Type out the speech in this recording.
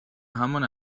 همان